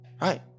Right